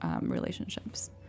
relationships